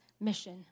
mission